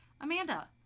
Amanda